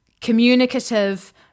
communicative